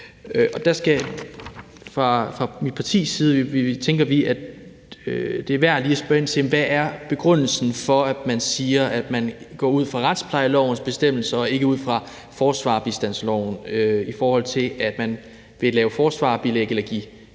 sigtede. I mit parti tænker vi, at det er værd lige at spørge ind til, hvad begrundelsen er for, at man siger, at man går ud fra retsplejelovens bestemmelser og ikke ud fra forsvarerbistandsloven, i forhold til at man vil give mulighed for